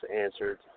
answered